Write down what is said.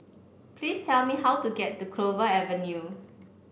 please tell me how to get to Clover Avenue